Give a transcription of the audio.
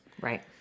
right